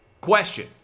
Question